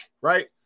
right